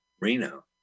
Reno